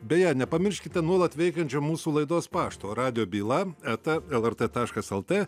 beje nepamirškite nuolat veikiančio mūsų laidos pašto radijo byla eta lrt taškas lt